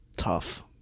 tough